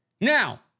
Now